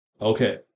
Okay